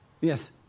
Yes